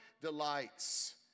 delights